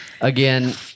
Again